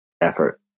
effort